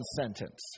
sentence